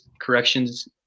corrections